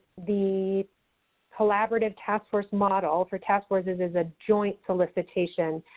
the collaborative task force model for task forces is a joint solicitation,